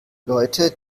leute